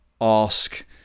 ask